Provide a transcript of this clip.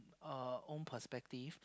uh own perspective